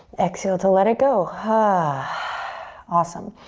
exhale to let it go. ah awesome.